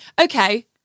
Okay